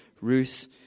Ruth